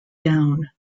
down